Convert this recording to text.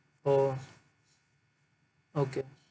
oh okay